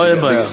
אין בעיה.